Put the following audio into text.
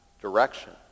direction